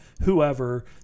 whoever